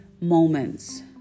moments